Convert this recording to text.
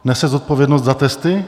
Nese zodpovědnost za testy?